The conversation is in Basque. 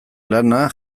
lana